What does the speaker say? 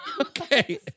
Okay